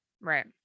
right